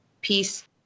peace